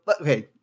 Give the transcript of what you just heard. okay